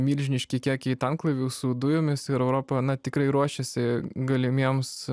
milžiniški kiekiai tanklaivių su dujomis ir europa na tikrai ruošiasi galimiems